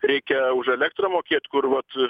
reikia už elektrą mokėt kur vat